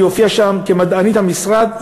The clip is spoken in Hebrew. שהופיעה שם כמדענית המשרד,